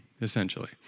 essentially